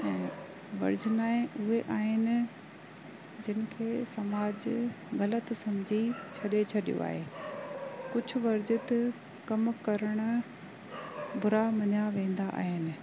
ऐं वर्जेनाइ उहे आहिनि जिनखे समाज ग़लति सम्झी छॾे छॾियो आहे कुझु वर्जित कमु करण बूरा मञिया वेंदा आहिनि